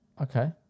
Okay